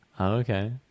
Okay